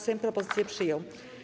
Sejm propozycję przyjął.